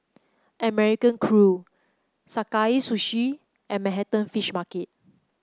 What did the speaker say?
American Crew Sakae Sushi and Manhattan Fish Market